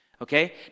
Okay